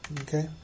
Okay